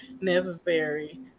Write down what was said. necessary